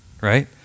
right